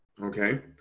okay